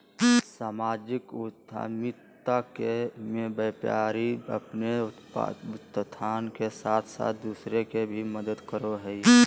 सामाजिक उद्द्मिता मे व्यापारी अपने उत्थान के साथ साथ दूसर के भी मदद करो हय